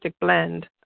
blend